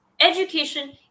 Education